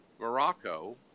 Morocco